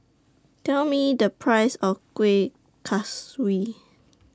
Tell Me The Price of Kueh Kaswi